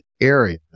area